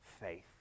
faith